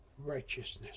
righteousness